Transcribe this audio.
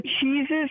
cheeses